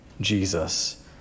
Jesus